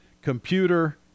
Computer